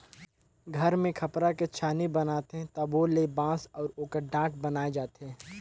घर मे खपरा के छानी बनाथे तबो ले बांस अउ ओकर ठाठ बनाये जाथे